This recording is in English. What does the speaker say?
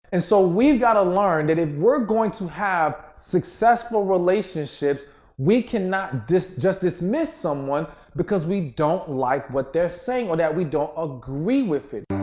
and so, we've got to learn that if we're going to have successful relationships we cannot just dismiss someone because we don't like what they're saying or that we don't agree with it.